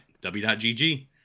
W.gg